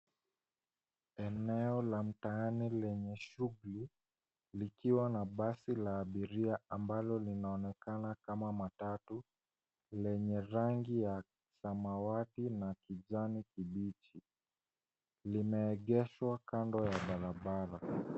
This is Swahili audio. Eneo la mtaani lenye shughuli likiwa na basi la abiria ambalo linaonekana kama matatu lenye rangi ya samawati na kijani kibichi limeegeshwa kando ya barabara.